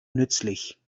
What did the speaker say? nützlich